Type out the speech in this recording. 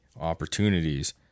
opportunities